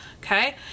Okay